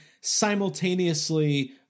simultaneously